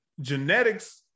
genetics